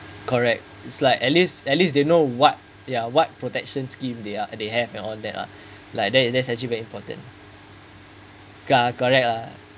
correct it's like at least at least they know what ya what protection scheme they are they have and all that lah like that that's actually very important uh correct uh